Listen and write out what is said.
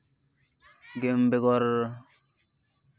ᱜᱮᱢ ᱵᱮᱜᱚᱨ